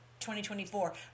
2024